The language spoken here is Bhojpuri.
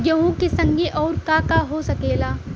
गेहूँ के संगे आऊर का का हो सकेला?